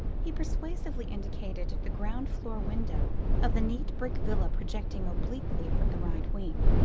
he persuasively indicated the ground floor window of the neat brick villa projecting obliquely from the right wing.